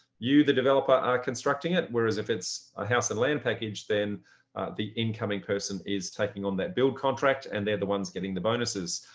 you the developer are constructing it whereas if it's a house or land package, then the incoming person is taking on that build contract, and they're the ones getting the bonuses.